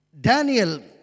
Daniel